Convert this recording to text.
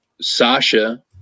Sasha